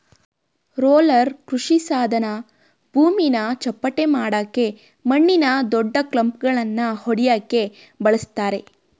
roller ಕೃಷಿಸಾಧನ ಭೂಮಿನ ಚಪ್ಪಟೆಮಾಡಕೆ ಮಣ್ಣಿನ ದೊಡ್ಡಕ್ಲಂಪ್ಗಳನ್ನ ಒಡ್ಯಕೆ ಬಳುಸ್ತರೆ